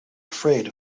afraid